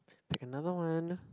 pick another one